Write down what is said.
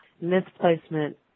misplacement